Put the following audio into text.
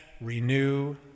renew